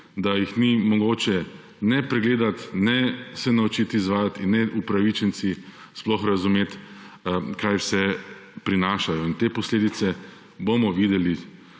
da jih ni mogoče ne pregledat, ne se naučit izvajat in neupravičenci sploh razumet, kaj vse prinašajo in te posledice bomo videli